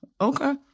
okay